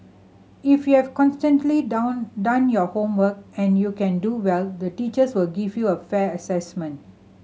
if you have consistently done done your homework and you can do well the teachers will give you a fair assessment